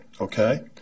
okay